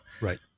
Right